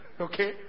Okay